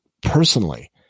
personally